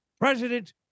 President